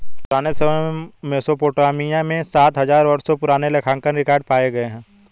पुराने समय में मेसोपोटामिया में सात हजार वर्षों पुराने लेखांकन रिकॉर्ड पाए गए हैं